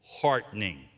heartening